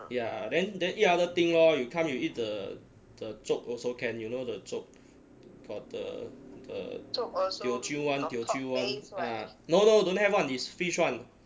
ya then then eat other thing lor you come you eat the the zhouk also can you know the zhouk for the the teochew one teochew one ah no no don't have [one] is fish [one]